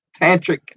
tantric